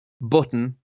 button